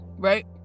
Right